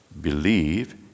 believe